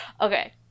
Okay